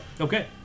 Okay